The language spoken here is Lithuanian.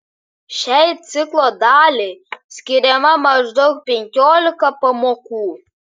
šiai ciklo daliai skiriama maždaug penkiolika pamokų